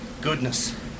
goodness